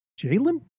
Jalen